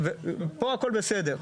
פה הכול בסדר.